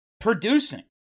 producing